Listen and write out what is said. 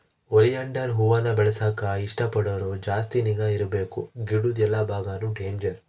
oleander ಹೂವಾನ ಬೆಳೆಸಾಕ ಇಷ್ಟ ಪಡೋರು ಜಾಸ್ತಿ ನಿಗಾ ಇರ್ಬಕು ಗಿಡುದ್ ಎಲ್ಲಾ ಬಾಗಾನು ಡೇಂಜರ್